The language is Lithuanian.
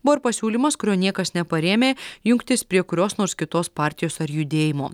buvo ir pasiūlymas kurio niekas neparėmė jungtis prie kurios nors kitos partijos ar judėjimo